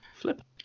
Flip